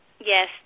Yes